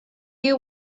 you